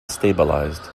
stabilized